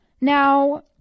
now